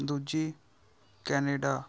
ਦੂਜੀ ਕੈਨੇਡਾ